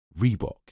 Reebok